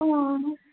অঁ